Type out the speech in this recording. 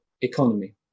economy